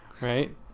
right